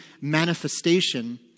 manifestation